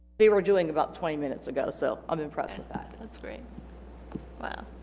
they were doing about twenty minutes ago so i'm impressed with that that's great wow